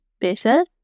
better